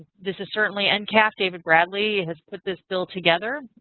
this is certainly and ncap. david bradley has put this bill together,